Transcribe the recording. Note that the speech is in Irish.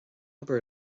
obair